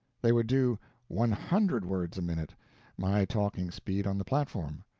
they would do one hundred words a minute my talking speed on the platform.